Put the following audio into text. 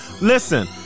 Listen